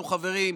חברים,